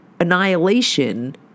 annihilation